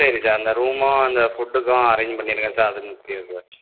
சரி சார் அந்த ரூமும் அந்த ஃபுட்டுக்கும் அரேஞ்ச் பண்ணிருங்க சார் அது முக்கியம் சார்